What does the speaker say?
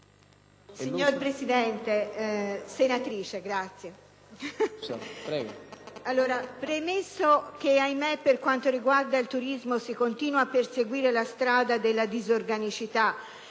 Signor Presidente, premesso che - ahimè - per quanto riguarda il turismo, si continua a perseguire la strada della disorganicità